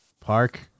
Park